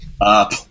up